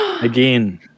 Again